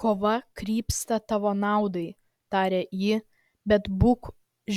kova krypsta tavo naudai tarė ji bet būk